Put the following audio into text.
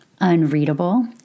unreadable